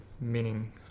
meaning